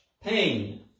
pain